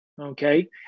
Okay